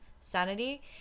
sanity